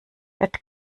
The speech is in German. wird